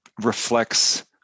reflects